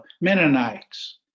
Mennonites